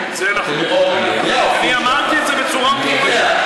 שהיא למעשה סיפוח חד-צדדי של השטחים,